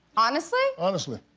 honestly? honestly.